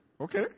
Okay